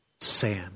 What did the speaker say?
sand